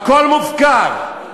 הכול מופקר,